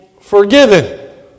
forgiven